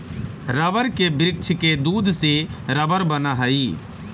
rubber के वृक्ष के दूध से रबर बनऽ हई